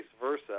versa